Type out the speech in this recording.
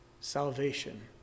salvation